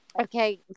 Okay